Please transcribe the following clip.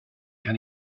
kan